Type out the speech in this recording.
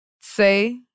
say